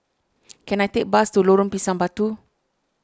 can I take a bus to Lorong Pisang Batu